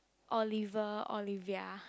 Oliver Olivia